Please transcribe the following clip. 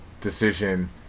decision